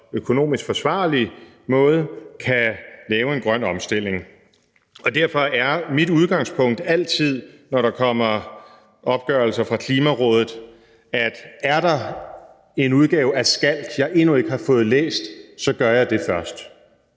økonomisk forsvarlig måde kan lave en grøn omstilling. Derfor er mit udgangspunkt altid, når der kom opgørelser fra Klimarådet, at hvis der er en udgave af Skalk, jeg endnu ikke har fået læst, så gør jeg det først,